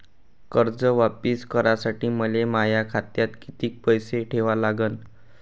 कर्ज वापिस करासाठी मले माया खात्यात कितीक पैसे ठेवा लागन?